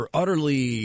utterly